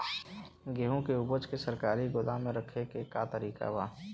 गेहूँ के ऊपज के सरकारी गोदाम मे रखे के का तरीका बा?